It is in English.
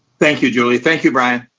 thank you, julie, thank you, brian.